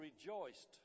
rejoiced